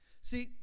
See